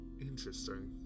Interesting